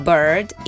Bird